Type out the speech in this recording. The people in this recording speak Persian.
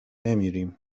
نمیریم